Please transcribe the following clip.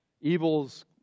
Evils